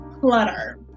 clutter